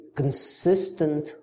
consistent